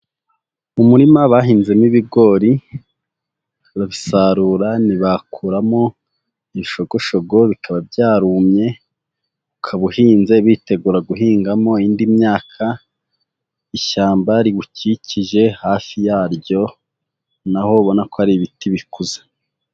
Umurima bahinzemo ibigori, babisarura ntibakuramo ibishogoshogo bikaba byarumye, ukaba uhinze bitegura guhingamo indi myaka, ishyamba riwukikije hafi yaryo na ho ubona ko hari ibiti bikuze.